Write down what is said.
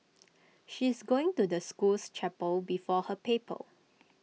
she's going to the school's chapel before her paper